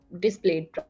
displayed